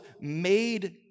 made